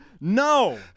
No